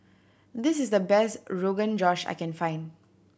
this is the best Rogan Josh I can find